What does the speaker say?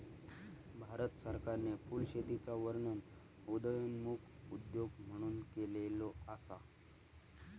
भारत सरकारने फुलशेतीचा वर्णन उदयोन्मुख उद्योग म्हणून केलेलो असा